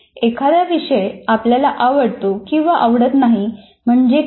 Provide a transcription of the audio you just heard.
एखादा विषय आपल्याला आवडतो किंवा आवडत नाही म्हणजे काय